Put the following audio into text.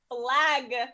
flag